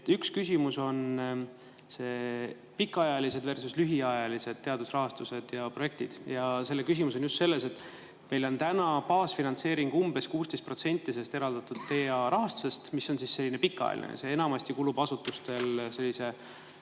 Üks küsimus on pikaajalisedversuslühiajalised teadusrahastused ja projektid. Ja küsimus on just selles, et meil on täna baasfinantseering umbes 16% eraldatud TA-rahastusest, mis on selline pikaajaline. See enamasti kulub asutustel